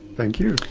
thank you.